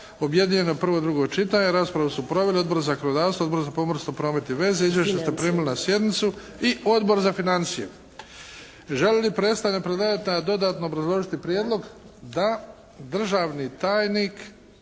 Objedinjeno prvo i drugo čitanje. Raspravu su proveli: Odbor za zakonodavstvo, Odbor za pomorstvo, promet i veze. Izvješće ste primili na sjednici. I Odbor za financije. Želi li predstavnik predlagatelja dodatno obrazložiti prijedlog? Da. Državni tajnik